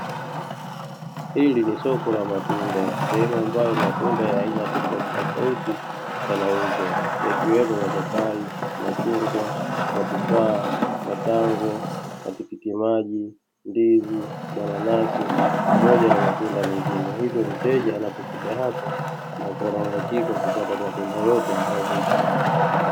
Hili ni soko la matunda, sehemu ambayo matunda ya aina tofautitofauti yanauzwa yakiwemo: mapapai, machungwa matufaa, matango, matikiti maji, ndizi, mañanasi, pamoja na matunda mengine; hivyo mteja anapokuja hapa, anakuwa na uhakika kupata matunda yote anayoyahitaji.